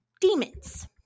demons